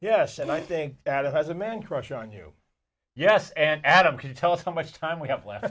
yes and i think that has a man crush on you yes and adam can tell us how much time we have left